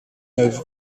neuve